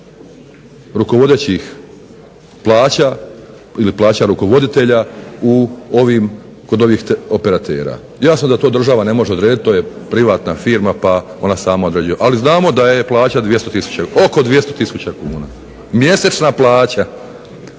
rukovodećih plaća ili plaća rukovoditelja kod ovih operatera. Jasno da to država ne može odrediti, to je privatna firma pa ona sama određuje, ali znamo da je plaća oko 200 tisuća kuna. Mjesečna plaća